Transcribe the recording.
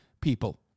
people